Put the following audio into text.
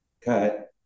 cut